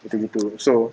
gitu-gitu so